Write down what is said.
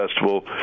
Festival